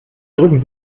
drücken